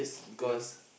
yes